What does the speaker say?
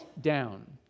down